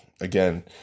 again